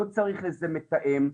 לא צריך לזה מתאם,